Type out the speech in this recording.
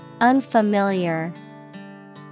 Unfamiliar